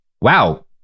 wow